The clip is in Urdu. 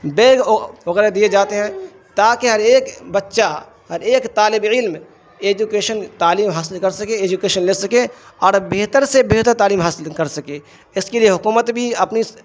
بیگ وغیرہ دیے جاتے ہیں تاکہ ہر ایک بچہ ہر ایک طالب علم ایجوکیشن تعلیم حاصل کر سکے ایجوکیشن لے سکے اور بہتر سے بہتر تعلیم حاصل کر سکے اس کے لیے حکومت بھی اپنی